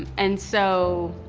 and so.